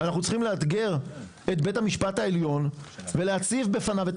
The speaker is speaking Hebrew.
אנחנו צריכים לאתגר את בית המשפט העליון ולהציב בפניו את